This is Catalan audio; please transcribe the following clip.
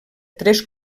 tres